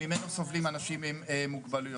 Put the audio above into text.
שממנו סובלים אנשים עם מוגבלויות.